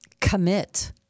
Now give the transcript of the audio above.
commit